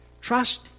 Trust